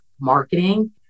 marketing